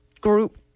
group